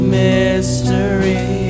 mystery